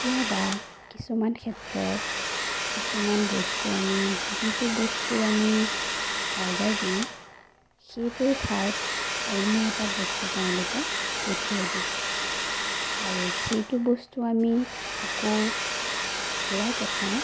কেতিয়াবা কিছুমান ক্ষেত্ৰত কিছুমান বস্তু আমি যিটো বস্তু আমি অৰ্ডাৰ দিওঁ সেইটোৰ ঠাইত অন্য এটা বস্তু তেওঁলোকে পঠিয়াই দিয়ে আৰু সেইটো বস্তু আমি আকৌ ঘূৰাই পঠাওঁ